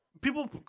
people